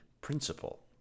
principle